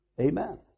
Amen